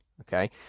Okay